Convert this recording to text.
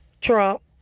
Trump